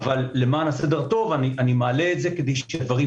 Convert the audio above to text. אבל למען הסדר הטוב אני מעלה את זה כדי שהדברים